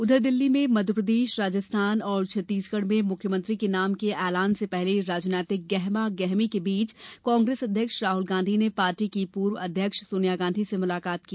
उधर दिल्ली में मध्यप्रदेश राजस्थान और छत्तीसगढ़ में मुख्यमंत्री के नाम के ऐलान से पहले राजनीतिक गहमागहमी के बीच कांग्रेस अध्यक्ष राहल गांधी ने पार्टी की पूर्व अध्यक्ष सोनिया गांधी से मुलाकात की